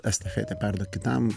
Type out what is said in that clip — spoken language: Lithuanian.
estafetė perduot kitam